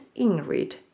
Ingrid